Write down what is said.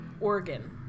Oregon